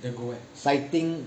citing